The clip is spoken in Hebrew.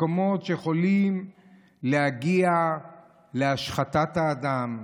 מקומות שיכולים להגיע להשחתת האדם.